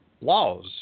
laws